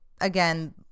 again